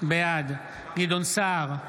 בעד גדעון סער,